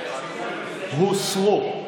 241 הוסרו.